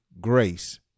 grace